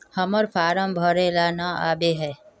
हम्मर फारम भरे ला न आबेहय?